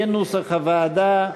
כנוסח הוועדה.